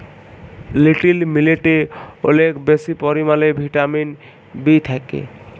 little মিলেটে অলেক বেশি পরিমালে ভিটামিল বি থ্যাকে